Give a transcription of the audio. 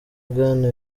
bwana